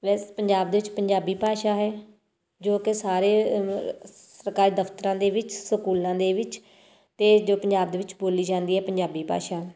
ਵੈਸ ਪੰਜਾਬ ਦੇ ਵਿੱਚ ਪੰਜਾਬੀ ਭਾਸ਼ਾ ਹੈ ਜੋ ਕਿ ਸਾਰੇ ਸਰਕਾਰੀ ਦਫ਼ਤਰਾਂ ਦੇ ਵਿੱਚ ਸਕੂਲਾਂ ਦੇ ਵਿੱਚ ਅਤੇ ਜੋ ਪੰਜਾਬ ਦੇ ਵਿੱਚ ਬੋਲੀ ਜਾਂਦੀ ਹੈ ਪੰਜਾਬੀ ਭਾਸ਼ਾ